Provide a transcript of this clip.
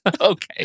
Okay